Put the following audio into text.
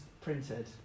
printed